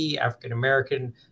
African-American